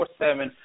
24-7